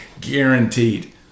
guaranteed